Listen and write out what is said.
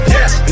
Yes